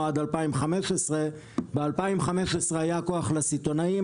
עד 2015. ב-2015 היה כוח לסיטונאים.